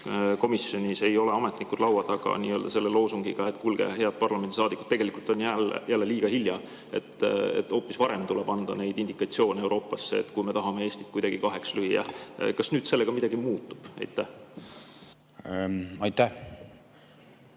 ühel hetkel ei ole ametnikud komisjonis laua taga loosungiga, et kuulge, head parlamendisaadikud, tegelikult on jälle liiga hilja, hoopis varem tuleb anda neid indikatsioone Euroopasse, kui me tahame Eestit kuidagi kaheks lüüa. Kas nüüd sellega midagi muutub? Aitäh!